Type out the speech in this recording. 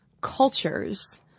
cultures